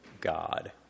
God